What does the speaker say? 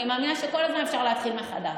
אני מאמינה שכל הזמן אפשר להתחיל מחדש.